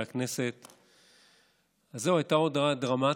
הכנסת, זהו, הייתה הודעה דרמטית: